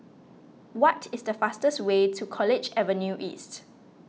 what is the fastest way to College Avenue East